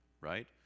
right